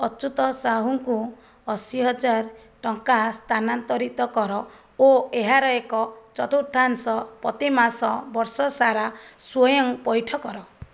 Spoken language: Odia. ଅଚ୍ୟୁତ ସାହୁଙ୍କୁ ଅଶୀ ହଜାର ଟଙ୍କା ସ୍ଥାନାନ୍ତରିତ କର ଓ ଏହାର ଏକ ଚତୁର୍ଥାଂଶ ପ୍ରତି ମାସ ବର୍ଷସାରା ସ୍ଵୟଂ ପଇଠ କର